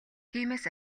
тиймээс